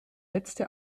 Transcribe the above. letzte